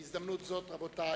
בהזדמנות זו, רבותי,